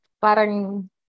parang